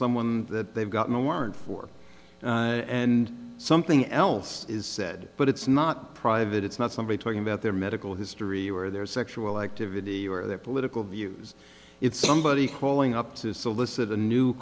someone that they've gotten a warrant for and something else is said but it's not private it's not somebody talking about their medical history where their sexual activity or their political views if somebody's calling up to solicit a new